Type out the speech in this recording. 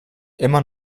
immer